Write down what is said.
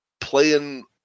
playing